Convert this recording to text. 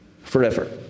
forever